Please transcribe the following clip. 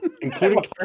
Including